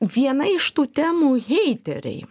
viena iš tų temų heiteriai